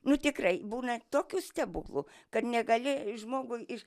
nu tikrai būna tokių stebuklų kad negali žmogui ir